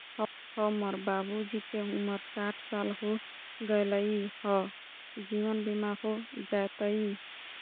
हमर बाबूजी के उमर साठ साल हो गैलई ह, जीवन बीमा हो जैतई?